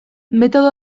metodo